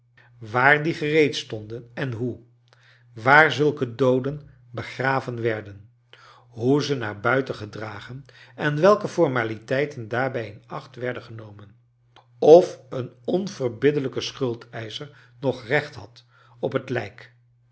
waar die gereed stonden en hoe waar zulke dooden begraven werden hoe ze naar buiten gedragen en welke formaliteiten daarbij in acht werden genomen of een onverbiddelijke schuldeischer nog recht had op het lijk